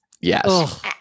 Yes